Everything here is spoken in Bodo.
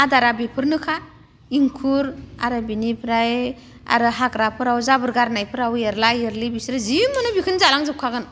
आदारा बेफोरनोखा एंखुर आरो बेनिफ्राय आरो हाग्राफोराव जाबोर गारनायफोराव एरला एरलि बिसोरो जि मोनो बेखौनो जालां जोबखागोन